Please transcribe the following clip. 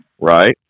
right